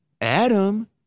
Adam